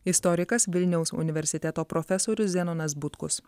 istorikas vilniaus universiteto profesorius zenonas butkus